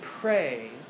pray